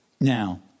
Now